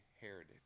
heritage